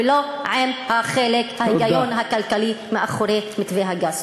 ולא עם ההיגיון הכלכלי שמאחורי מתווה הגז.